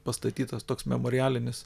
pastatytas toks memorialinis